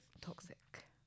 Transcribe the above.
Toxic